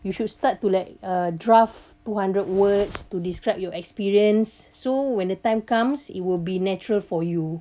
you should start to like uh draft two hundred words to describe your experience so when the time comes it will be natural for you